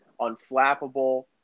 unflappable